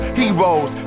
heroes